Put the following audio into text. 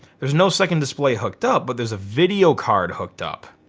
there's no second display hooked up. but there's a video card hooked up.